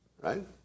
Right